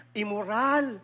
immoral